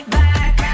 back